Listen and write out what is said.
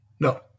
No